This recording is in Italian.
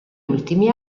ultimi